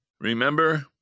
remember